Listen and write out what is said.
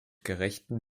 gerechten